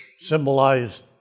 symbolized